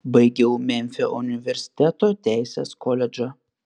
baigiau memfio universiteto teisės koledžą